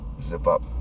zip-up